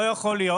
לא יכול להיות